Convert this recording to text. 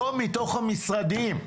לא מתוך המשרדים.